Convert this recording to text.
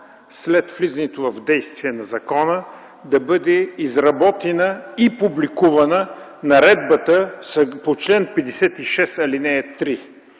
след влизането в действие на закона да бъде изработена и публикувана наредбата по чл. 56, ал. 3.